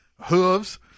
hooves